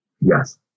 Yes